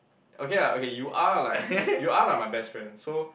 okay lah okay you are like you are like my best friend so